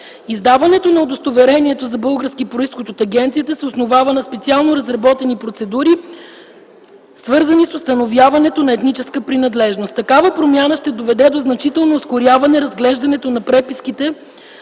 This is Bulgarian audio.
Издаването на удостоверения за български произход от агенцията се основава на специално разработени процедури, свързани с установяването на етническа принадлежност. Такава промяна ще доведе до значително ускоряване разглеждането на преписките